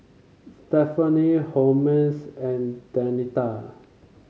Stephani Holmes and Denita